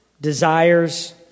desires